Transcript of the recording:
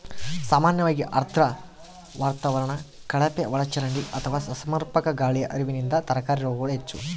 ಸಾಮಾನ್ಯವಾಗಿ ಆರ್ದ್ರ ವಾತಾವರಣ ಕಳಪೆಒಳಚರಂಡಿ ಅಥವಾ ಅಸಮರ್ಪಕ ಗಾಳಿಯ ಹರಿವಿನಿಂದ ತರಕಾರಿ ರೋಗಗಳು ಹೆಚ್ಚು